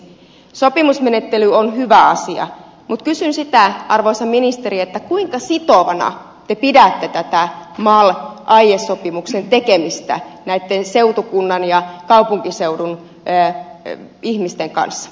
sopimusmenettely on hyvä asia mutta kysyn arvoisa ministeri kuinka sitovana te pidätte tätä mal aiesopimuksen tekemistä seutukunnan ja kaupunkiseudun ihmisten kanssa